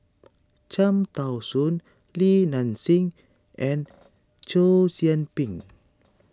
Cham Tao Soon Li Nanxing and Chow Yian Ping